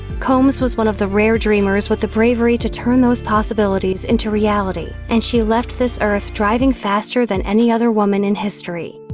combs was one of the rare dreamers with the bravery to turn those possibilities into reality, and she left this earth driving faster than any other woman in history.